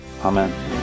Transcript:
amen